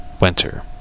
Winter